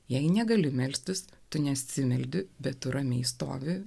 jei negali melstis tu nesimeldi bet tu ramiai stovi